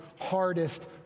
hardest